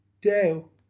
Dale